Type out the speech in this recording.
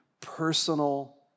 personal